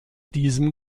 diesem